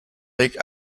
lake